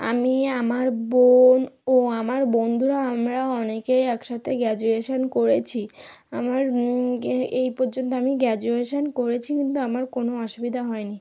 আমি আমার বোন ও আমার বন্ধুরা আমরা অনেকেই একসাথে গ্র্যাজুয়েশান করেছি আমার এই পর্যন্ত আমি গ্র্যাজুয়েশান করেছি কিন্তু আমার কোনো অসুবিধা হয় নি